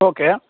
okay